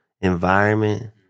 environment